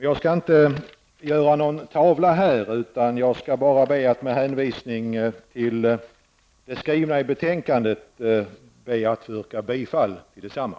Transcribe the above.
Jag skall inte göra någon tavla, utan jag skall bara be att med hänvisning till det som anförs i betänkandet få yrka bifall till utskottets hemställan.